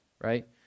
right